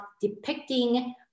depicting